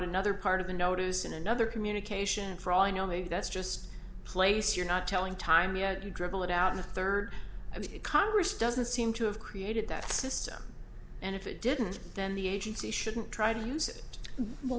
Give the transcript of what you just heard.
another part of the notice in another communication for all i know maybe that's just place you're not telling time yet you dribble it out in the third i mean congress doesn't seem to have created that system and if it didn't then the agency shouldn't try to use it well